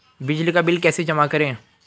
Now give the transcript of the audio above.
बिजली का बिल कैसे जमा करें?